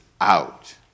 out